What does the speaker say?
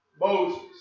Moses